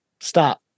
Stop